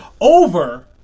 over